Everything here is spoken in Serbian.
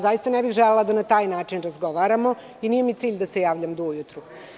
Zaista ne bih želela da na taj način razgovaramo i nije mi cilj da se javljam do ujutru.